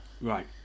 Right